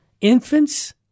infants